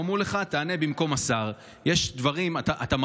אמרו לך: תענה במקום השר, אתה מקריא.